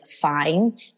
Fine